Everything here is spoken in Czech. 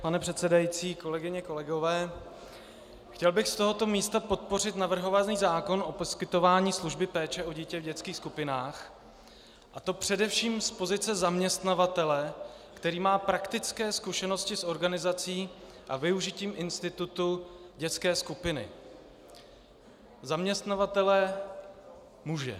Pane předsedající, kolegyně, kolegové, chtěl bych z tohoto místa podpořit navrhovaný zákon o poskytování služby péče o dítě v dětských skupinách, a to především z pozice zaměstnavatele, který má praktické zkušenosti s organizací a využitím institutu dětské skupiny, zaměstnavatele muže.